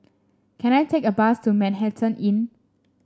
can I take a bus to Manhattan Inn